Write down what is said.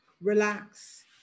relax